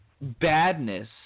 badness